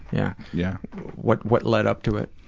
yeah yeah. what what led up to it?